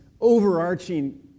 overarching